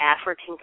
African